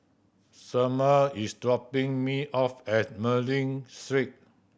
Selmer is dropping me off at Mei Ling Street